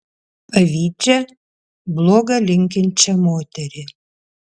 pavydžią bloga linkinčią moterį